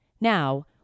Now